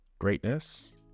Greatness